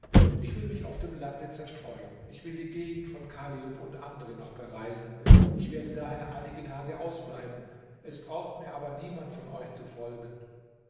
ich will mich auf dem lande zerstreuen ich will die gegend von kaliub und andere noch bereisen ich werde daher einige tage ausbleiben es braucht mir aber niemand von euch zu folgen